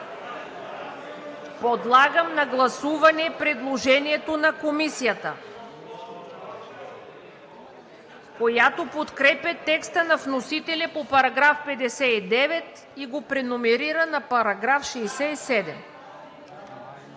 Подлагам на гласуване предложението на Комисията, която подкрепя текста на вносителя по § 59 и го преномерира на § 67.